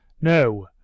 No